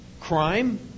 crime